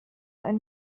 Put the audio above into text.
einen